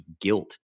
guilt